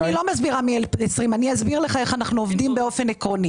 אני לא מסבירה משנת 2020. אני אסביר לכם באופן עקרוני איך אנחנו עובדים.